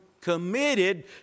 committed